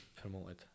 promoted